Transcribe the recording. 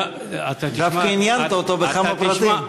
דווקא עניינת אותו בכמה פרטים.